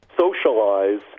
socialize